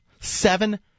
seven